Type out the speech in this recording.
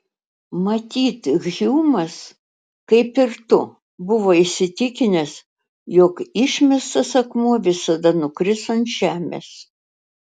matyt hjumas kaip ir tu buvo įsitikinęs jog išmestas akmuo visada nukris ant žemės